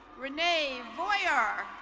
renee voyer.